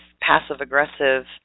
passive-aggressive